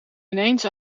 ineens